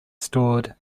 stored